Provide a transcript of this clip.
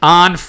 on